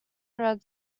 red